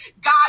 God